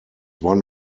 one